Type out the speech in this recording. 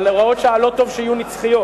אבל הוראות שעה לא טוב שיהיו נצחיות.